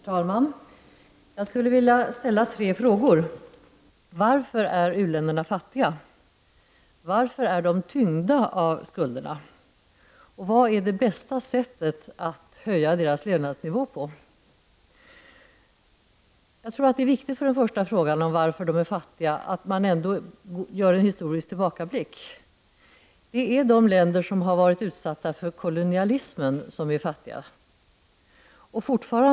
Herr talman! Jag skulle vilja ställa tre frågor. Varför är u-länderna fattiga? Varför är de tyngda av skulder? Vilket är det bästa sättet att höja deras levnadsnivå? När det gäller den första frågan, varför de är fattiga, tror jag att det är viktigt att man gör en historisk tillbakablick. Det är de länder som varit utsatta för kolonialism som är fattiga.